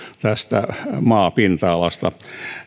maapinta alasta